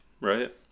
Right